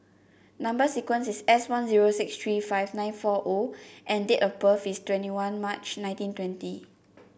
number sequence is S one zero six three five nine four O and date of birth is twenty one March nineteen twenty